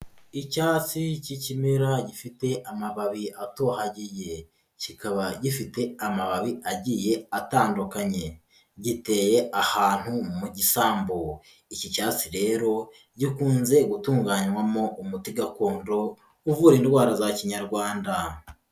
Icyatsi cy'ikimera gifite amababi atohagiye, kikaba gifite amababi agiye atandukanye, giteye ahantu mu gisambu, iki cyatsi rero gikunze gutunganywamo umuti gakondo, uvura indwara za kinyarwanda.